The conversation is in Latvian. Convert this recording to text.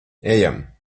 ejam